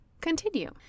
continue